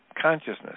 consciousness